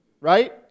Right